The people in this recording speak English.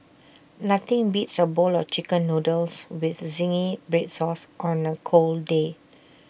nothing beats A bowl of Chicken Noodles with Zingy Red Sauce on A cold day